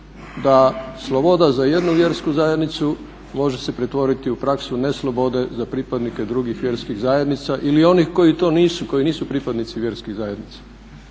da sloboda za jednu vjersku zajednicu može se pretvoriti u praksu ne slobode za pripadnike drugih vjerskih zajednica ili oni koji to nisu koji nisu pripadnici vjerskih zajednica.